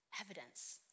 evidence